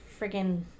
friggin